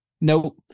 no